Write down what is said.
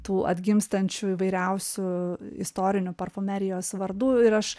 tų atgimstančių įvairiausių istorinių parfumerijos vardų ir aš